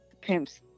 pimps